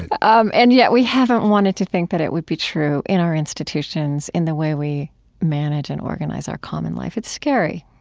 and um and yet we haven't wanted to think that it would be true in our institutions, in the way we manage and organize our common life. it's scary